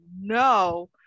no